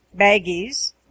Baggies